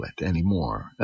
anymore